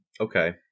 Okay